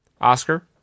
Oscar